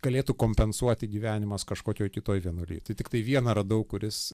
galėtų kompensuoti gyvenimas kažkokioj kitoj vienuolijoj tai tiktai vieną radau kuris